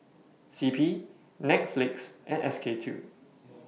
C P Netflix and S K two